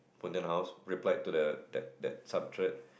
Pontianak house replied to the that that subthread